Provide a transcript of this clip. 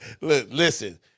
listen